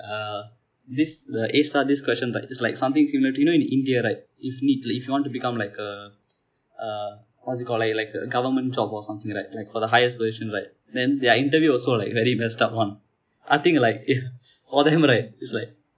uh this the A_STAR this question like is like something similar to you know in India right if need if you want to become like a uh what is it called uh like like a government job or something right like for the highest position right then their interview also like very messed up one I think like if for them right is like